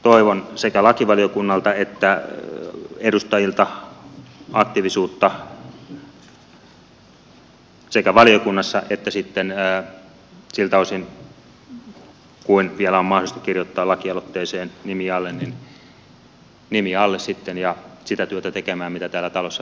toivon sekä lakivaliokunnalta että edustajilta aktiivisuutta sekä valiokunnassa että sitten siltä osin kuin vielä on mahdollista kirjoittaa lakialoitteeseen nimi alle että nimi alle sitten ja sitä työtä tekemään mitä täällä talossa pitääkin tehdä